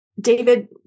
David